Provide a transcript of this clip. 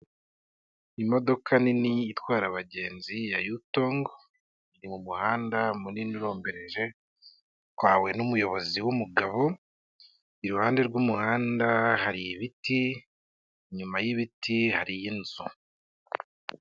Imodoka nini itwara abagenzi ya Yutong iri mu muhanda munini urombereje, itwawe n'umuyobozi w'umugabo, iruhande rw'umuhanda hari ibiti, inyuma y'ibiti hariyo inzu.